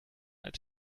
als